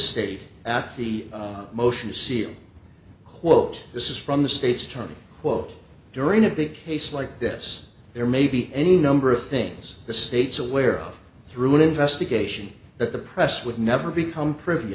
state after the motion to seal quote this is from the state's attorney quote during a big case like this there may be any number of things the state's aware of through an investigation that the press would never become privy